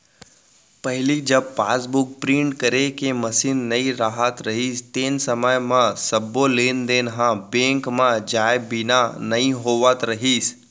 पहिली जब passbook print करे के मसीन नइ रहत रहिस तेन समय म सबो लेन देन ह बेंक म जाए बिना नइ होवत रहिस